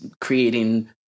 creating